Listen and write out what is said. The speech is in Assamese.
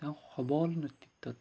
তেওঁৰ সবল নেতৃত্বত